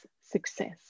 success